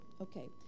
Okay